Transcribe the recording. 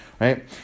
right